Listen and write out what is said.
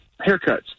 haircuts